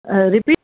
repeat